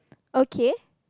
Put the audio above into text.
okay